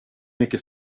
mycket